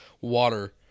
water